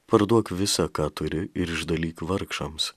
parduok visa ką turi išdalyk vargšams